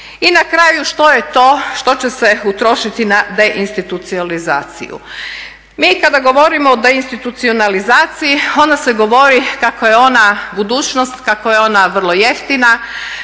I na kraju što je to što će se utrošiti na deinstitucionalizaciju. Mi kada govorimo o institucionalizaciji onda se govori kako je ona budućnost, kako je ona vrlo jeftina,